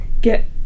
get